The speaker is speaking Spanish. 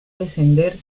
descender